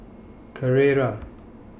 Carrera